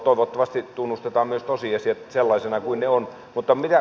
toivottavasti tunnustetaan myös tosiasiat sellaisina kuin ne ovat